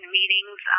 meetings